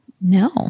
no